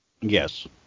Yes